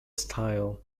stile